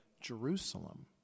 Jerusalem